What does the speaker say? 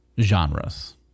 genres